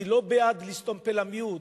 אני לא בעד לסתום פה למיעוט,